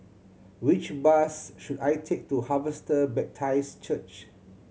which bus should I take to Harvester Baptist Church